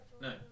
No